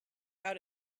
out